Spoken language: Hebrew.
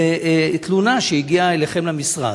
זו תלונה שהגיעה אליכם למשרד.